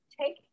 take